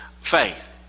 faith